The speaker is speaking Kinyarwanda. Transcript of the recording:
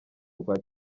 rwa